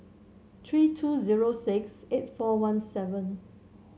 three two zero six eight four one seven